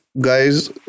Guys